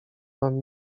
mam